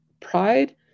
Pride